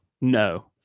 no